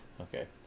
Okay